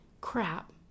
crap